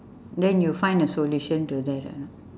then you find the solution to that or not